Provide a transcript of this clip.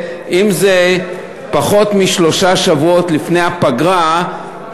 אם זה פחות משלושה שבועות לפני הפגרה,